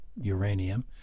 uranium